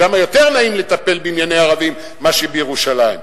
שם יותר נעים לטפל בענייני ערבים מאשר בירושלים.